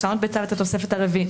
לשנות בצו את התוספת הרביעית.